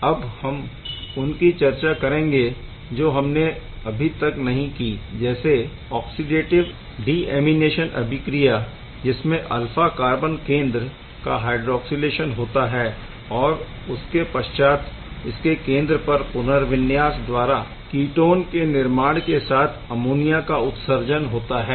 अब हम उनकी चर्चा करेंगे जो हमने अभी तक नहीं की जैसे ऑक्सीडेटिव डिएमीनेशन अभिक्रिया जिसमें अल्फा कार्बन केंद्र का हायड्रॉक्सिलेशन होता है और उसके पश्चात इसके केंद्र पर पुनर्विन्यास द्वारा कीटोन के निर्माण के साथ अमोनिया का उत्सर्जन होता है